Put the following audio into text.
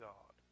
God